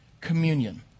communion